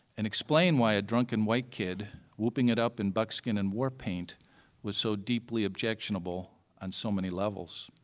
and explain why a drunken white kid whooping it up in buckskin and war paint was so deeply objectionable on so many levels.